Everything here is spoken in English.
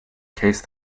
case